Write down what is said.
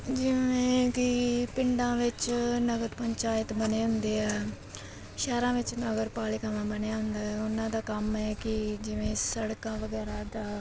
ਜਿਵੇਂ ਕੀ ਪਿੰਡਾਂ ਵਿੱਚ ਨਗਰ ਪੰਚਾਇਤ ਬਣੇ ਹੁੰਦੇ ਆ ਸ਼ਹਿਰਾਂ ਵਿੱਚ ਨਗਰ ਪਾਲਿਕਾਵਾਂ ਬਣਿਆ ਹੁੰਦਾ ਉਹਨਾਂ ਦਾ ਕੰਮ ਹੈ ਕਿ ਜਿਵੇਂ ਸੜਕਾਂ ਵਗੈਰਾ ਦਾ